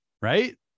Right